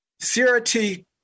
CRT